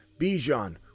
Bijan